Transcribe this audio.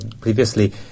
previously